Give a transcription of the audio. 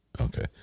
Okay